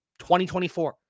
2024